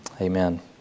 Amen